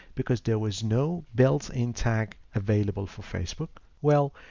because there was no built in tag available for facebook. well,